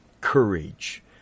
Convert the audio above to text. courage